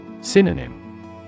Synonym